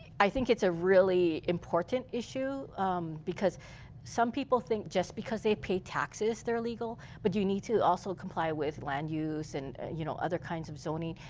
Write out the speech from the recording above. i think it's a really important issue because some people think just because they pay taxes, they're legal. but you need to also comply with land use and you know other kinds of zoning.